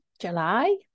July